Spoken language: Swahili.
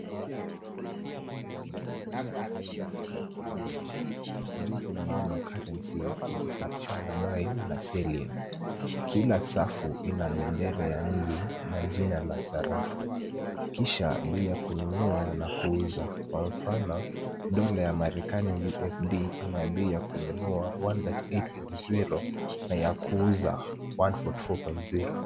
Bango la viwango vya kubadilisha fedha za kigeni, juu kuna neno currency ikifuatishwa na buying na selling . Kila safu ina bendera ya nchi na jina la sarafu kisha bei ya kununua na kuuza. Kwa mfano dola ya marekani USD ina bei ya kununua 138.0 na ya kuuza 144.0.